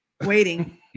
waiting